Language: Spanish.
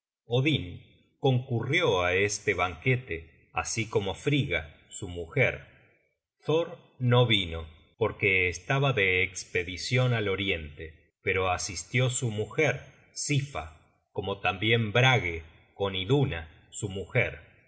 odin concurrió á este banquete así como frigga su mujer thor no vino porque estaba de espedicion al oriente pero asistió su mujer sifa como tambien brage con iduna su mujer tyr